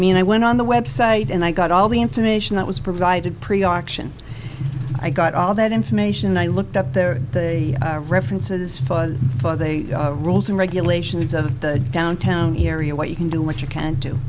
mean i went on the website and i got all the information that was provided pre action i got all that information i looked up there the references they rules and regulations of the downtown area what you can do what you can't do